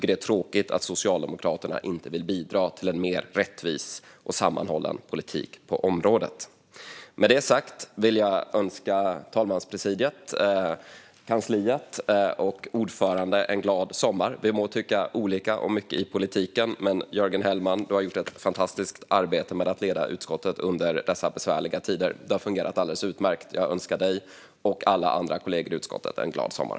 Det är tråkigt att Socialdemokraterna inte vill bidra till en mer rättvis och sammanhållen politik på området. Med detta sagt vill jag önska talmanspresidiet, kansliet och ordföranden en glad sommar. Vi må tycka olika om mycket i politiken, men Jörgen Hellman har gjort ett fantastiskt arbete med att leda utskottet under dessa besvärliga tider. Det har fungerat alldeles utmärkt. Jag önskar dig och alla andra kollegor i utskottet en glad sommar.